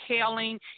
telling